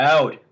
Out